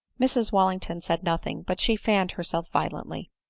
mrs wallington said nothing but she fanned herself violently.